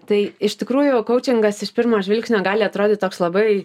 tai iš tikrųjų kaučingas iš pirmo žvilgsnio gali atrodyt toks labai